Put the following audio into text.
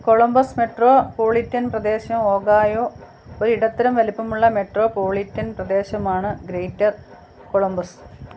Columbus metropolitan പ്രദേശം Ohio ഒരു ഇടത്തരം വലിപ്പമുള്ള മെട്രോപൊളിറ്റൻ പ്രദേശമാണ് ഗ്രേറ്റർ കൊളംബസ്